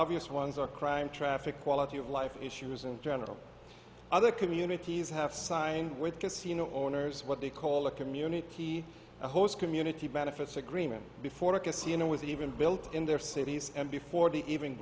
obvious ones are crime traffic quality of life issues in general other communities have signed with casino owners what they call a community host community benefits agreement before a casino was even built in their cities and before they even